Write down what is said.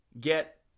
get